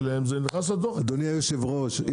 אדוני היושב ראש,